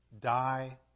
Die